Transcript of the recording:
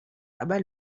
abat